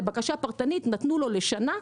לבקשה פרטנית שנתנו לו לשנה,